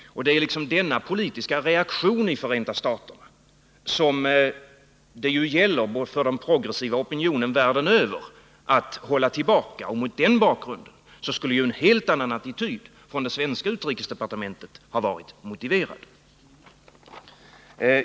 Från den progressiva opinionen världen över gäller det att hålla tillbaka den politiska reaktionen i Förenta staterna. Mot den bakgrunden skulle en helt annan attityd från det svenska utrikesdepartementet ha varit motiverad.